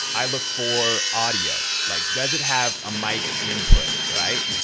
i look for audio like does it have a mic input, right?